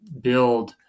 build